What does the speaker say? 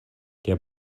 der